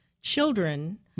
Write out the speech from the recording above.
children